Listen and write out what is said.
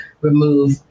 remove